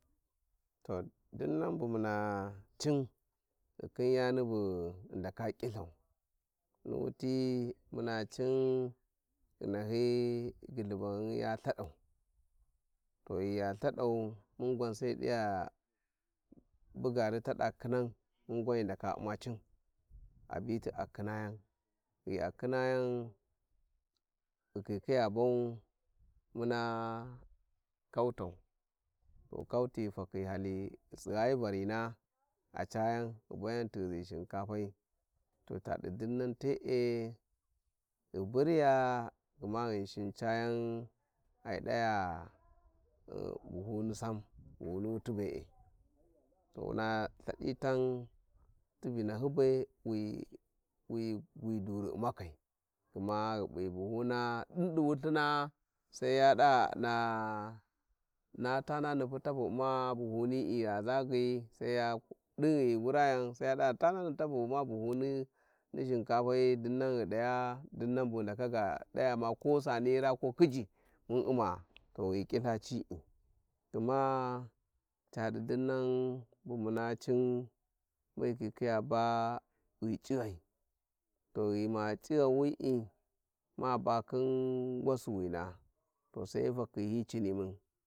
﻿To dimnan bumuna cin ghi khin yani bu ghi ndaka kilthau ni wuti muna cin ghi nshyi gulkübughum ya thadaiu to ghi ya Ithadau mum gwan sai ghi diya bugara tada khinan mun gwan ghi ndaka u'ma cin abiti a khinayan ghi a khinayan ghi khiya ghi hali ghi tsigchayi Vanna a cayan ghi baya ghitighizi shinka pai to tadi dinnan te'e ghi buriya gma ghinshin cayan ai t'aya buhuni sam buhuni wufi be`e to wuna Ithadi tan ti vinahyi be wi wi wi ghi gwan duri u' makai gma p'i bunu ma din di wulthing sai ya da na na tanani pu tabu u'ma buhuni'i gha zagyi, sai ya ku din ghi wurajan sai ya da tanani tabu u'ma buhuni ni shinkapayi. Dinnan ghi t'aya dinnan bu ghi ndaka ga taya ko saniyi raa ma ko khaji mun u`ma to ghai to ghi ma cighawi maba khin wasinkina to sai hi fakhi he cinimun